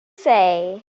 say